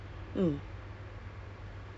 tak ada rumah nak tinggal